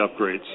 upgrades